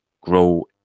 grow